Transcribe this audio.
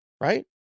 right